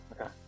Okay